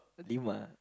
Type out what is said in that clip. lima